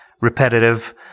repetitive